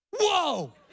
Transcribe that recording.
whoa